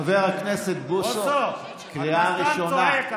חבר הכנסת בוסו, קריאה ראשונה.